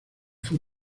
fue